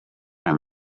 and